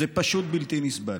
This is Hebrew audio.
זה פשוט בלתי נסבל.